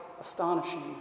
astonishing